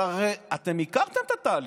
אבל הרי אתם הכרתם את התהליך.